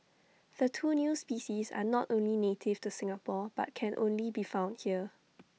the two new species are not only native to Singapore but can only be found here